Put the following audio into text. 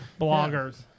Bloggers